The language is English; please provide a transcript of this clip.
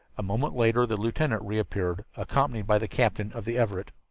a moment later the lieutenant reappeared, accompanied by the captain of the everett.